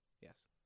Yes